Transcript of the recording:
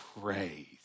Praise